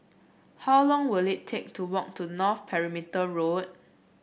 how long will it take to walk to North Perimeter Road